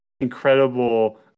incredible